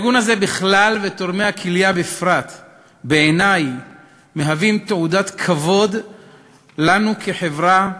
הארגון הזה בכלל ותורמי הכליה בפרט מהווים תעודת כבוד לנו כחברה,